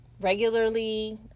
regularly